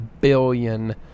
billion